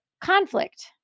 conflict